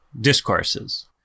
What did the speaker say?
discourses